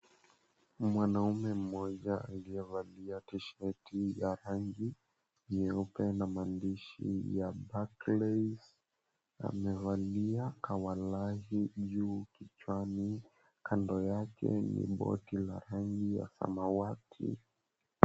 Mwanaume mmoja aliyevalia t-shirt ya rangi nyeupe na maandishi ya Barclays amevalia kawalahi juu kichwani. Kando yake ni boti la rangi ya samawati.